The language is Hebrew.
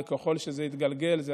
ככל שזה יתגלגל, זה